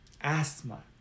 asthma